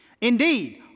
Indeed